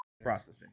processing